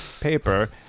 paper